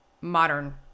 modern